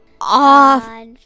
Off